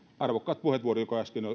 arvokkaat puheenvuorot